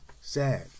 sad